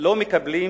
לא מקבלים